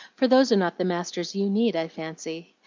for those are not the masters you need, i fancy.